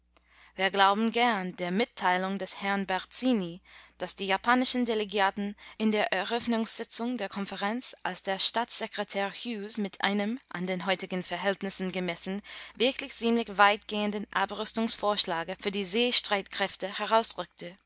wir glauben gern der mitteilung des herrn barzini daß die japanischen delegierten in der eröffnungssitzung der konferenz als der staatssekretär hughes mit einem an den heutigen verhältnissen gemessen wirklich ziemlich weitgehenden abrüstungsvorschlage für die seestreitkräfte